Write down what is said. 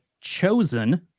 chosen